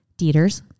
Dieters